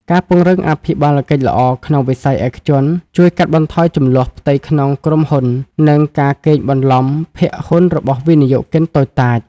ការពង្រឹងអភិបាលកិច្ចល្អក្នុងវិស័យឯកជន ជួយកាត់បន្ថយជម្លោះផ្ទៃក្នុងក្រុមហ៊ុន និងការកេងបន្លំភាគហ៊ុនរបស់វិនិយោគិនតូចតាច។